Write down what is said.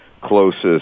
closest